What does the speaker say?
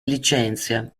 licenzia